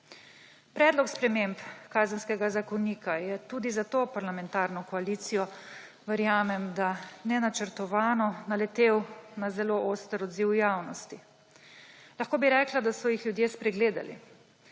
predlog sprememb Kazenskega zakonika tudi za to parlamentarno koalicijo , nenačrtovano naletel na zelo oster odziv javnosti. Lahko bi rekla, da so jih ljudje spregledali